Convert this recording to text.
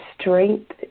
strength